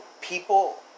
people